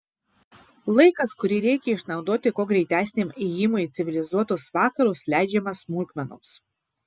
laikas kurį reikia išnaudoti kuo greitesniam ėjimui į civilizuotus vakarus leidžiamas smulkmenoms